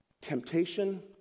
Temptation